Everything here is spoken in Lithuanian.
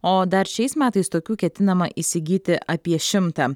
o dar šiais metais tokių ketinama įsigyti apie šimtą